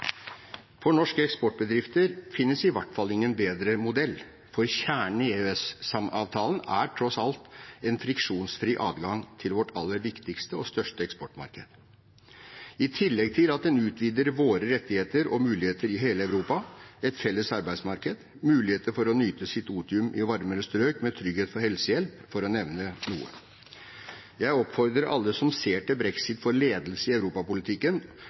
For norske eksportbedrifter finnes i hvert fall ingen bedre modell, for kjernen i EØS-avtalen er tross alt en friksjonsfri adgang til vårt aller viktigste og største eksportmarked. I tillegg utvider den våre rettigheter og muligheter i hele Europa: et felles arbeidsmarked og muligheter for å nyte sitt otium i varmere strøk med trygghet for helsehjelp, for å nevne noe. Jeg oppfordrer alle som ser til brexit for ledelse i europapolitikken,